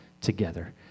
together